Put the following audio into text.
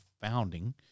founding